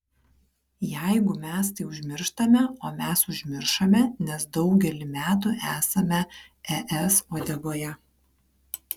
jeigu mes tai užmirštame o mes užmiršome nes daugelį metų esame es uodegoje